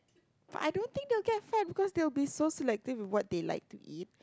but I don't think they will get fat because they will be so selective of what they like to eat